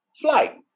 flight